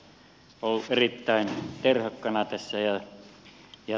hän on ollut erittäin terhakkana tässä